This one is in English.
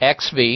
XV